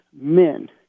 men